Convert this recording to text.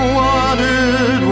wanted